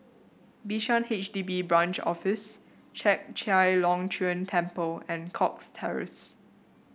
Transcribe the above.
Bishan H D B Branch Office Chek Chai Long Chuen Temple and Cox Terrace